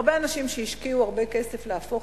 הרבה אנשים שהשקיעו הרבה כסף להפוך,